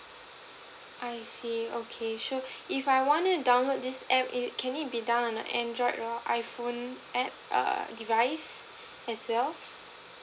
I see okay sure if I wanna download this app it can it be done on a android or iphone app err device as well